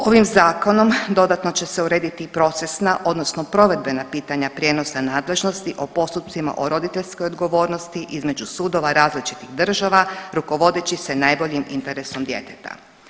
Ovim zakonom dodatno će se urediti i procesna, odnosno provedbena pitanja prijenosa nadležnosti o postupcima o roditeljskoj odgovornosti između sudova različitih država rukovodeći se najboljim interesom djeteta.